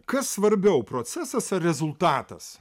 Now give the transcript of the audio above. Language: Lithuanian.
kas svarbiau procesas ar rezultatas